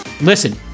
listen